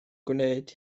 gwneud